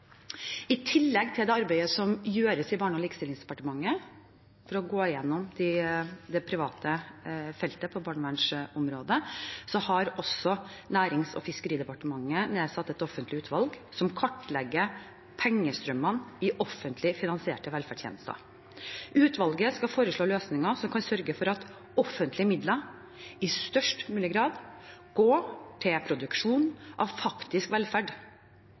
I tillegg til det arbeidet som gjøres i Barne- og likestillingsdepartementet med å gå igjennom det private feltet på barnevernsområdet, har også Nærings- og fiskeridepartementet nedsatt et offentlig utvalg som kartlegger pengestrømmene i offentlig finansierte velferdstjenester. Utvalget skal foreslå løsninger som kan sørge for at offentlige midler i størst mulig grad går til produksjon av faktisk velferd,